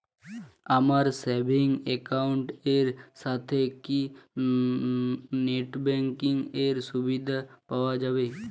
আমার savings account এর সাথে কি নেটব্যাঙ্কিং এর সুবিধা পাওয়া যাবে?